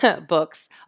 Books